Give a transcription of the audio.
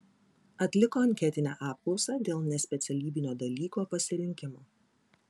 atliko anketinę apklausą dėl nespecialybinio dalyko pasirinkimo